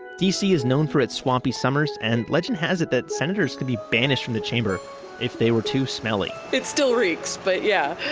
d c. is known for its swampy summers and legend has it that senators could be banished from the chamber if they were too smelly it still reeks, but yeah,